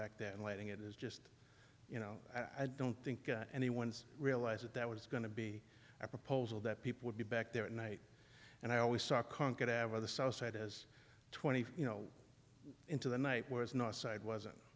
back there and lighting it is just you know i don't think anyone's realized that that was going to be a proposal that people would be back there at night and i always saw conquered ever the south side as twenty you know into the night whereas north side wasn't